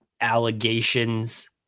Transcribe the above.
allegations